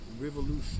revolution